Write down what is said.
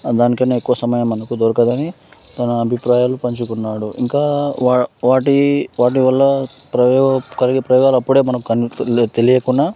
దానికన్నా ఎక్కువ సమయం మనకు దొరకదని తన అభిప్రాయాలు పంచుకున్నాడు ఇంకా వా వాటి వాటి వల్ల ప్రయోగ కలిగే ప్రయోగాలు అప్పుడే మనకి తెలియకున్నా